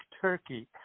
Turkey